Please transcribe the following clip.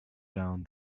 down